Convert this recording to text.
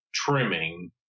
trimming